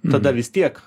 tada vis tiek